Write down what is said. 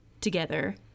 together